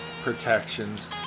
protections